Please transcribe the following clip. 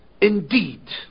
Indeed